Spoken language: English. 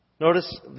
Notice